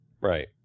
Right